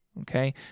okay